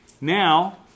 Now